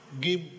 give